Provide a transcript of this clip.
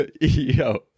Yo